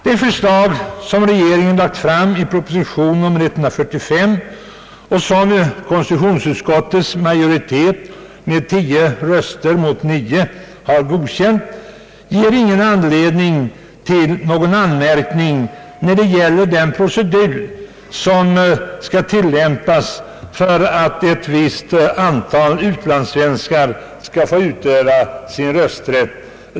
Det förslag som regeringen lagt fram i proposition nr 145 och som konstitutionsutskottets majoritet med 10 röster mot 9 har godkänt ger ingen anledning till anmärkning när det gäller den procedur som skall tillämpas för att ett antal utlandssvenskar skall få utöva sin rösträtt.